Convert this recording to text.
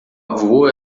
avô